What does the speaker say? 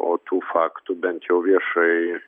o tų faktų bent jau viešai